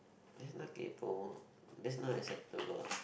that's not kaypoh that's not acceptable